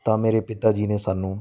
ਤਾਂ ਮੇਰੇ ਪਿਤਾ ਜੀ ਨੇ ਸਾਨੂੰ